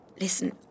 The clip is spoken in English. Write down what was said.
Listen